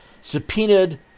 subpoenaed